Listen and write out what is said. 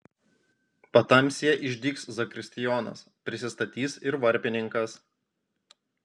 patamsyje išdygs zakristijonas prisistatys ir varpininkas